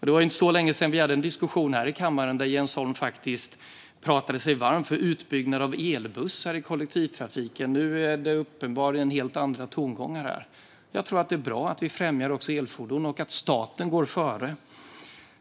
Det var inte så länge sedan vi hade en diskussion i kammaren där Jens Holm pratade sig varm för utbyggnad av elbussar i kollektivtrafiken. Nu är det uppenbarligen helt andra tongångar. Jag tror att det är bra att vi främjar elfordon och att staten går före.